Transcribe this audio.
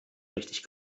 richtig